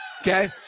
Okay